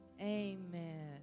amen